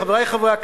חברי חברי הכנסת,